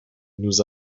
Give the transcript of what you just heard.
nous